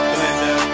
Blender